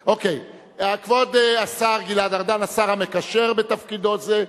כבוד השר גלעד ארדן, השר המקשר בתפקידו זה.